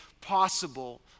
possible